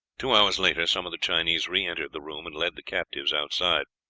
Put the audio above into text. two hours later some of the chinese re-entered the room and led the captives outside,